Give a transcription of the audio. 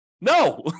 No